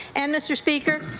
and mr. speaker,